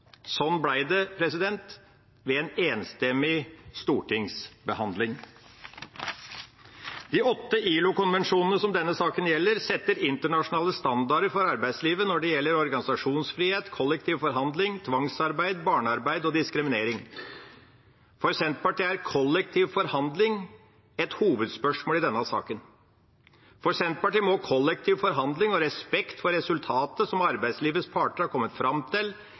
Sånn ble det enstemmig ved stortingsbehandlingen. De åtte ILO-konvensjonene som denne saken gjelder, setter internasjonale standarder for arbeidslivet når det gjelder organisasjonsfrihet, kollektiv forhandling, tvangsarbeid, barnearbeid og diskriminering. For Senterpartiet er kollektiv forhandling et hovedspørsmål i denne saken. For Senterpartiet må kollektiv forhandling og respekt for resultatet som arbeidslivets parter har kommet fram til